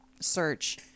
search